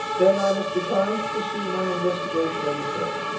then i must decline to pursue my investigation any further,